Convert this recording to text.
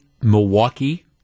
Milwaukee